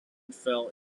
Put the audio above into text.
fell